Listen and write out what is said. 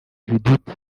judith